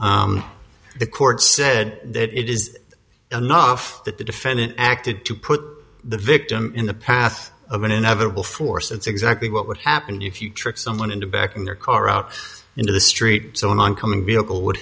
s the court said that it is enough that the defendant acted to put the victim in the path of an inevitable force it's exactly what would happen if you tricked someone into back in their car out into the street so an oncoming vehicle would